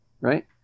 right